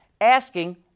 asking